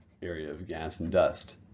area of gas and dust.